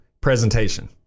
presentation